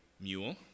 mule